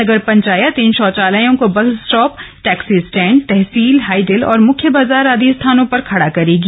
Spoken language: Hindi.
नगर पंचायत इन शौचालयों को bus stop taxi stand tehsil hydel और मुख्य बाजार आदि स्थानों पर खड़ा करेगी